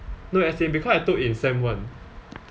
no as in because I took in sem one